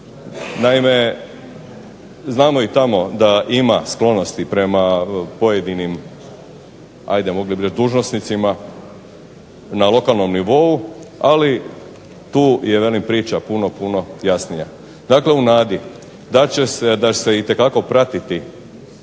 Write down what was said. Naime, znamo da i tamo ima sklonosti prema pojedinim ajde mogli bi reći dužnosnicima na lokalnom nivou, ali tu je priča puno, puno jasnija. Dakle, u nadi da će se i dalje pratiti